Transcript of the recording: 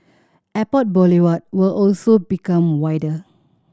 Airport Boulevard will also become wider